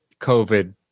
COVID